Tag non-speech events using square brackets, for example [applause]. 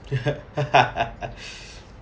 [laughs]